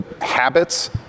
habits